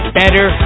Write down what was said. better